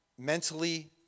Mentally